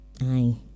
Aye